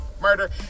Murder